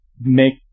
make